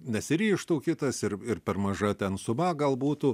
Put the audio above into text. nesiryžtų kitas ir ir per maža ten suma gal būtų